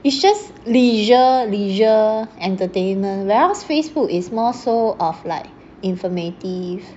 it's just leisure leisure entertainment where else Facebook is more so of like informative